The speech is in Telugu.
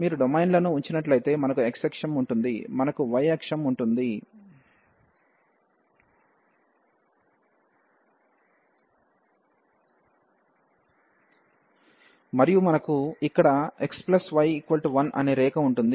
మీరు డొమైన్లను ఉంచినట్లయితే మనకు x అక్షం ఉంటుంది మనకు y అక్షం ఉంటుంది మరియు మనకు ఇక్కడ xy1 అనే రేఖ ఉంటుంది